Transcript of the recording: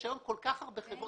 יש היום כל כך הרבה חברות.